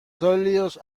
sólidos